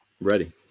Ready